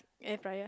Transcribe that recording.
airfry